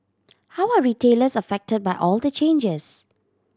how are retailers affected by all the changes